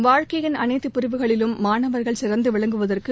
வாழ்க்கையின் அனைத்துப் பிரிவுகளிலும் மாணவர்கள் சிறந்து விளங்குவதற்கு